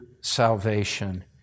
salvation